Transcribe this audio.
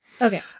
Okay